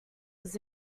was